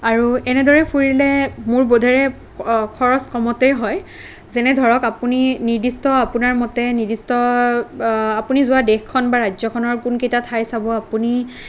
আৰু এনেদৰে ফুৰিলে মোৰ বোধেৰে খৰচ কমতে হয় যেনে ধৰক আপুনি নিৰ্দিষ্ট আপোনাৰ মতে নিৰ্দিষ্ট আপুনি যোৱা দেশখন বা ৰাজ্যখনৰ কোনকেইটা ঠাই চাব আপুনি